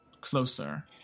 closer